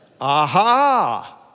aha